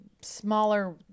smaller